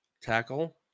Tackle